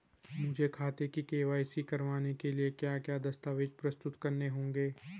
मुझे खाते की के.वाई.सी करवाने के लिए क्या क्या दस्तावेज़ प्रस्तुत करने होंगे?